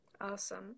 awesome